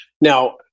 now